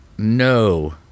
No